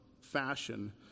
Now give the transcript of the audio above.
fashion